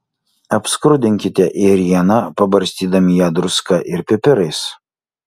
apskrudinkite ėrieną pabarstydami ją druska ir pipirais